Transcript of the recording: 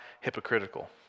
hypocritical